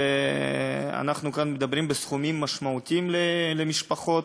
ואנחנו מדברים כאן בסכומים משמעותיים למשפחות,